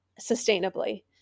sustainably